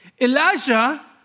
Elijah